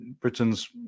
Britain's